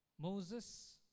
Moses